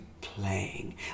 playing